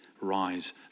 rise